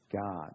God